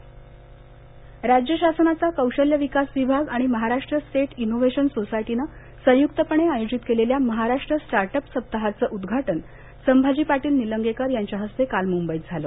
startup राज्य शासनाचा कौशल्य विकास विभाग आणि महाराष्ट्र स्टेट इनोव्हेशन सोसायटीनं संयुक्तपणे आयोजित केलेल्या महाराष्ट्र स्टार्टवप सप्ताहाचं उद्घाटन संभाजी पाटील निलंगेकर यांच्या हस्ते काल मुंबईत झालं